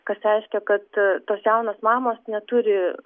kas reiškia kad tos jaunos mamos neturi